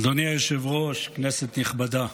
אדוני היושב-ראש, כנסת נכבדה,